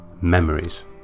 Memories